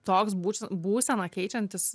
toks būč būsena keičiantis